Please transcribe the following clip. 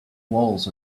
walls